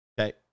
Okay